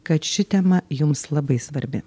kad ši tema jums labai svarbi